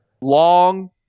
long